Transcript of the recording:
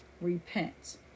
repent